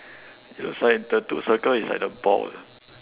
it looks like the two circle is like the ball